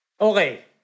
Okay